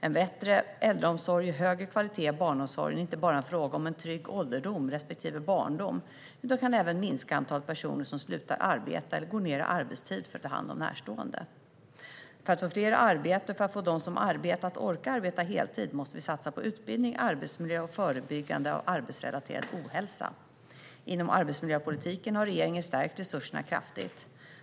En bättre äldreomsorg och högre kvalitet i barnomsorgen är inte bara en fråga om en trygg ålderdom respektive barndom utan kan även minska antalet personer som slutar arbeta eller går ned i arbetstid för att ta hand om närstående. För att få fler i arbete och för att få dem som arbetar att orka arbeta heltid måste vi satsa på utbildning, arbetsmiljö och förebyggande av arbetsrelaterad ohälsa. Inom arbetsmiljöpolitiken har regeringen stärkt resurserna kraftigt.